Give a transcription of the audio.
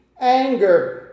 anger